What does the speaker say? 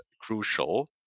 crucial